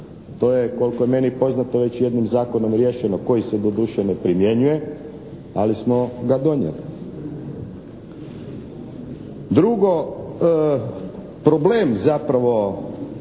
To je koliko je meni poznato već jednim zakonom riješeno koji se doduše ne primjenjuje, ali smo ga donijeli. Drugo, problem zapravo